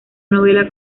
novela